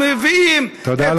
תודה,